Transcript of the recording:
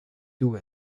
doe